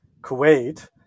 Kuwait